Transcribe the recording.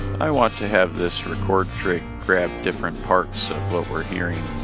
i want to have this record trig grab different parts of what we're hearing,